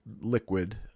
liquid